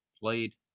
played